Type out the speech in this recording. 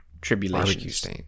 tribulations